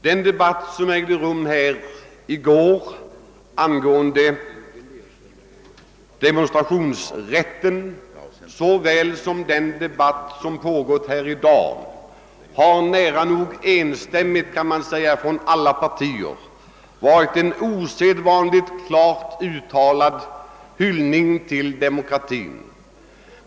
Den debatt som ägde rum här i går angående demonstrationsrätten lik som den debatt som pågått i dag har nära nog enstämmigt från alla partier varit en osedvanligt klart uttalad hyllning till demokratin.